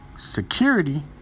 security